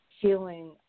feeling